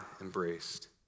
embraced